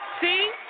See